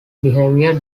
behavior